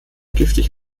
giftig